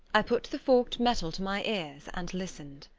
i put the forked metal to my ears and listened.